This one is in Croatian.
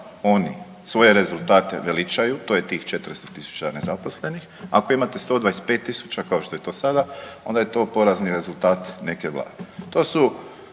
oni svoje rezultate veličaju, to je tih 400 000 nezaposlenih. Ako imate 125 000 kao što je to sada onda je to porazni rezultat neke Vlade.